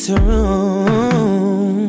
room